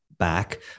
back